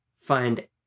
find